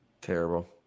Terrible